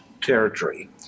territory